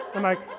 i'm like,